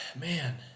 man